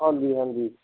ਹਾਂਜੀ ਹਾਂਜੀ